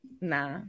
Nah